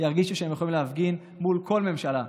ירגישו שהם יכולים להפגין מול כל ממשלה.